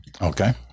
okay